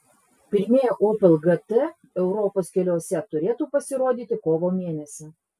pirmieji opel gt europos keliuose turėtų pasirodyti kovo mėnesį